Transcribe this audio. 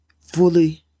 Fully